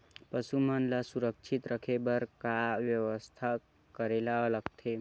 पशु मन ल सुरक्षित रखे बर का बेवस्था करेला लगथे?